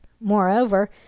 Moreover